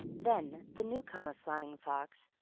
then the new-comer flying fox,